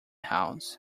house